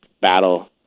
battle